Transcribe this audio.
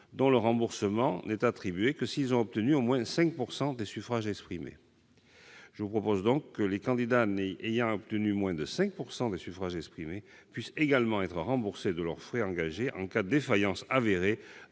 dont le remboursement n'est attribué que s'ils ont obtenu au moins 5 % des suffrages exprimés. Je vous propose donc que les candidats ayant obtenu moins de 5 % des suffrages exprimés soient également remboursés de leurs frais engagés en cas de défaillance avérée